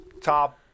top